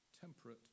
temperate